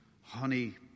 Honey